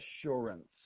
assurance